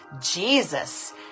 Jesus